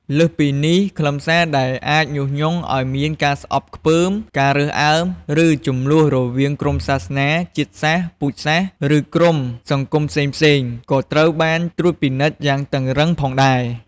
លើសពីនេះ ខ្លឹមសារដែលអាចញុះញង់ឲ្យមានការស្អប់ខ្ពើម ការរើសអើង ឬជម្លោះរវាងក្រុមសាសនា ជាតិសាសន៍ ពូជសាសន៍ ឬក្រុមសង្គមផ្សេងៗ ក៏ត្រូវបានត្រួតពិនិត្យយ៉ាងតឹងរ៉ឹងផងដែរ។